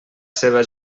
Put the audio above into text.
seva